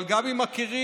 אבל גם אם מכירים,